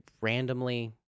randomly